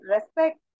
respect